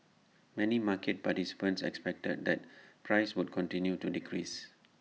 many market participants expected that prices would continue to decrease